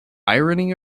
irony